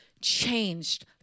changed